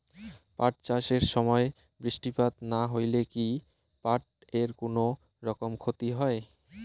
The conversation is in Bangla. পাট চাষ এর সময় বৃষ্টিপাত না হইলে কি পাট এর কুনোরকম ক্ষতি হয়?